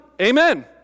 Amen